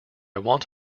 want